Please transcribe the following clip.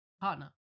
partner